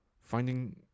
finding